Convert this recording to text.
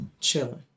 chilling